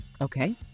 Okay